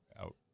Out